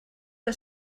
què